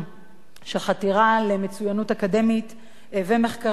של חתירה למצוינות אקדמית ומחקרית וגם